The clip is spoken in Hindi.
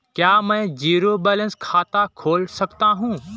क्या मैं ज़ीरो बैलेंस खाता खोल सकता हूँ?